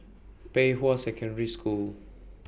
Pei Hwa Secondary School